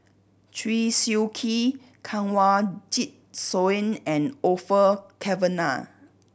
Chew Swee Kee Kanwaljit Soin and Orfeur Cavenagh